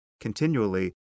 continually